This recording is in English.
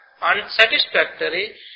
unsatisfactory